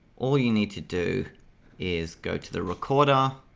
all you need to do is go to the recorder